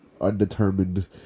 undetermined